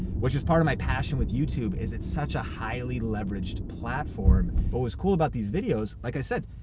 which is part of my passion with youtube, is it's such a highly leveraged platform. what was cool about these videos, like i said,